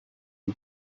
who